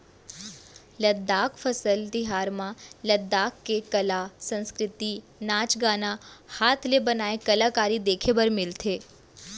लद्दाख फसल तिहार म लद्दाख के कला, संस्कृति, नाच गाना, हात ले बनाए कलाकारी देखे बर मिलथे